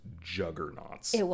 juggernauts